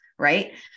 Right